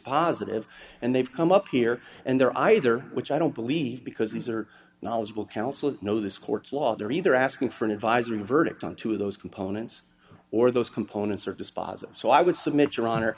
positive and they've come up here and there either which i don't believe because these are knowledgeable counsel know this court's law they're either asking for an advisory verdict on two of those components or those components are dispositive so i would submit your honor